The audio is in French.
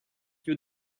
lieu